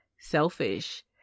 selfish